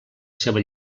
seva